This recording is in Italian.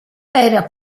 era